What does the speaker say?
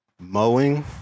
mowing